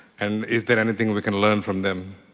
and is there anything we can learn from them?